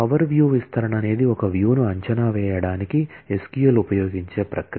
power View ను అంచనా వేయడానికి SQL ఉపయోగించే ప్రక్రియ